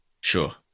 Sure